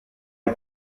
the